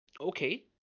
okay